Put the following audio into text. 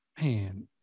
man